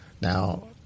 Now